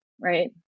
Right